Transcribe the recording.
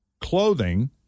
clothing